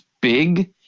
big